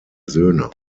söhne